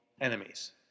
enemies